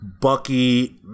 Bucky